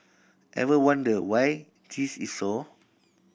ever wonder why this is so